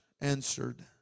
answered